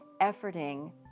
efforting